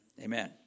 Amen